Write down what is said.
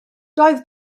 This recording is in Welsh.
doedd